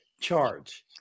charge